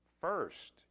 First